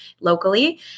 locally